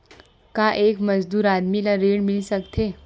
का एक मजदूर आदमी ल ऋण मिल सकथे?